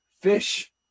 fish